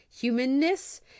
humanness